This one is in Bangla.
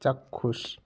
চাক্ষুষ